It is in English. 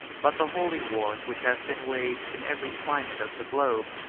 but the holy wars which have been waged in every climate of the globe,